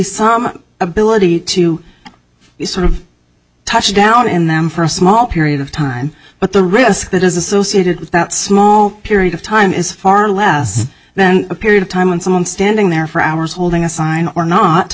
some ability to sort of touch down in them for a small period of time but the risk that is associated with that small period of time is far less than a period of time when someone standing there for hours holding a sign or not